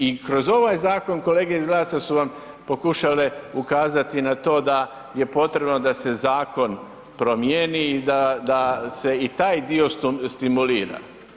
I kroz ovaj zakon kolege iz GLAS-a su vam pokušale ukazati na to da je potrebno da se zakon promijeni i da, da se i taj dio stimulira.